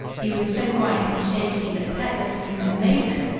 he was so white and shaky that pet looked at him in amazement,